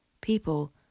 people